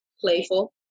playful